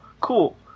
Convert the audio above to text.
Cool